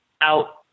out